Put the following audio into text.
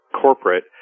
corporate